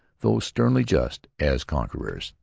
though sternly just, as conquerors.